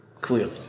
clearly